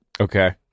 Okay